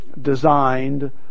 designed